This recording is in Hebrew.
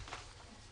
ספרתית.